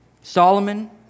Solomon